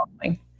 following